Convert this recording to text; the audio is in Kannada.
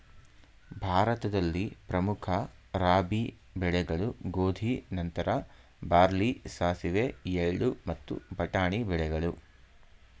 ಭಾರತದಲ್ಲಿ ಪ್ರಮುಖ ರಾಬಿ ಬೆಳೆಗಳು ಗೋಧಿ ನಂತರ ಬಾರ್ಲಿ ಸಾಸಿವೆ ಎಳ್ಳು ಮತ್ತು ಬಟಾಣಿ ಬೆಳೆಗಳು